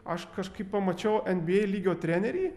aš kažkaip pamačiau nba lygio trenerį